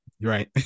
Right